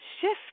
shift